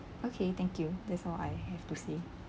okay thank you that's all I have to say